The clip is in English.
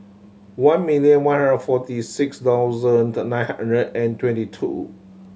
one million one hundred and forty six thousand nine hundred and twenty two